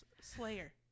Slayer